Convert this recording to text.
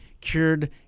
cured